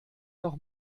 noch